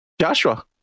Joshua